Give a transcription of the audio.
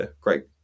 great